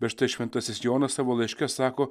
bet štai šventasis jonas savo laiške sako